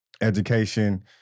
education